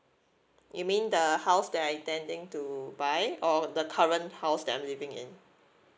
you mean the house that I intending to buy or the current house that I'm living in